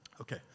Okay